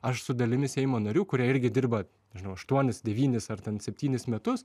aš su dalimi seimo narių kurie irgi dirba nežinau aštuonis devynis ar ten septynis metus